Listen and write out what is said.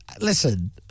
Listen